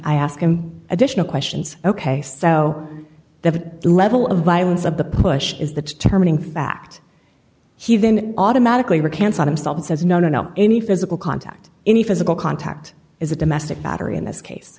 i ask him additional questions ok so the level of violence of the push is the turning fact he then automatically recounts on himself and says no no no any physical contact any physical contact is a domestic battery in this case